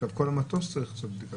עכשיו כל המטוס צריך לעשות בדיקה.